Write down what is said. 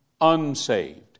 unsaved